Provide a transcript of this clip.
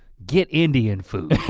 get indian food.